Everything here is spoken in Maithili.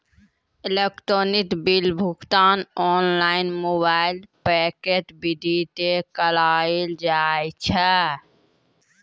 इलेक्ट्रॉनिक बिल भुगतान ओनलाइन मोबाइल बैंकिंग विधि से करलो जाय छै